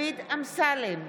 דוד אמסלם,